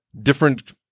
different